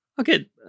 okay